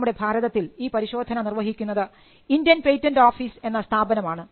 നമ്മുടെ ഭാരതത്തിൽ ഈ പരിശോധന നിർവഹിക്കുന്നത് ഇന്ത്യൻ പേറ്റന്റ് ഓഫീസ് എന്ന സ്ഥാപനമാണ്